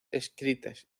escritas